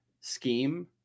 scheme